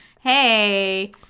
Hey